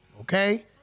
okay